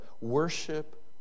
worship